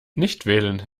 nichtwählen